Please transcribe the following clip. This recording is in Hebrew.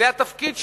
זה התפקיד שלה.